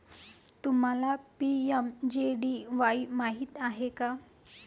तुम्हाला पी.एम.जे.डी.वाई माहित आहे का?